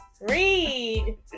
Read